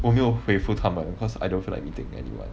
我没有回复他们 because I don't feel like meeting anyone